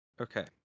Okay